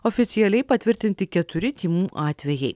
oficialiai patvirtinti keturi tymų atvejai